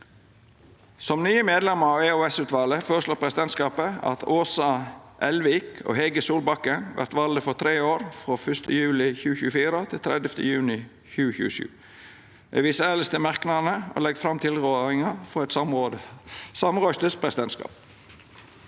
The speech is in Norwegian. Som nye medlemer av EOS-utvalet føreslår presidentskapet at Åsa Elvik og Hege Solbakken vert valde for tre år, frå 1. juli 2024 til 30. juni 2027. Eg viser elles til merknadene og legg fram tilrådinga frå eit samrøystes presidentskap.